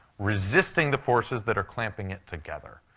resisting the forces that are clamping it together.